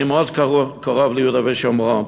אני מאוד קרוב ליהודה ושומרון,